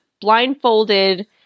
blindfolded